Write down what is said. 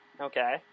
Okay